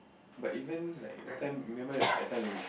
but even like that time remember that time we